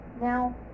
Now